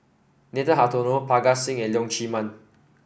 Nathan Hartono Parga Singh and Leong Chee Mun